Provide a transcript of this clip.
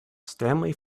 stanley